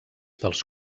dels